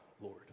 Lord